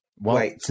Wait